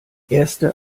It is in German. erste